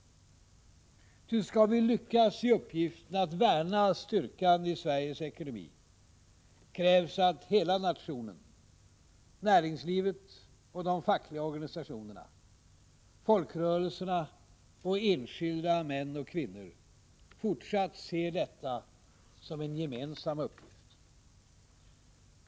Ty skall vi lyckas i uppgiften att värna styrkan i Sveriges ekonomi krävs att hela nationen — näringslivet och de fackliga organisationerna, folkrörelserna och enskilda män och kvinnor — fortsatt ser detta som en gemensam uppgift.